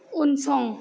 उनसं